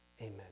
Amen